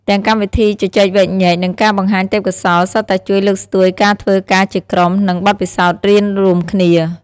ទាំងកម្មវិធីជជែកវែកញែក និងការបង្ហាញទេពកោសល្យសុទ្ធតែជួយលើកស្ទួយការធ្វើការជាក្រុម និងបទពិសោធន៍រៀនរួមគ្នា។